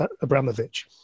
Abramovich